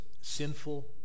sinful